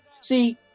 see